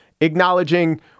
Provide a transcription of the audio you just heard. acknowledging